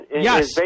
yes